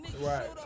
Right